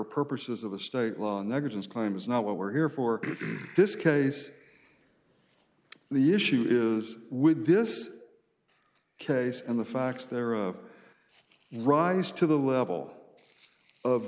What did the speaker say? purposes of a state law negligence claim is not what we're here for this case the issue is with this case and the facts thereof rise to the level of